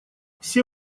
все